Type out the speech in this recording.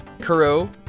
Kuro